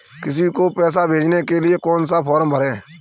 किसी को पैसे भेजने के लिए कौन सा फॉर्म भरें?